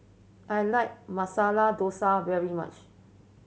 I like Masala Dosa very much